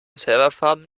serverfarm